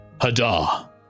Hadar